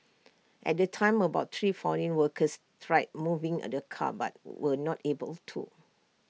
at the time about three foreign workers tried moving and the car but were not able to